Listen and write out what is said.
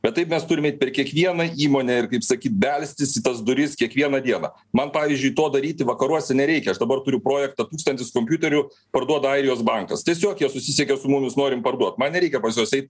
bet taip mes turim eit per kiekvieną įmonę ir kaip sakyt belstis į tas duris kiekvieną dieną man pavyzdžiui to daryti vakaruose nereikia aš dabar turiu projektą tūkstantis kompiuterių parduoda airijos bankas tiesiog jie susisiekė su mumis nori mum parduot man nereikia pas juo eit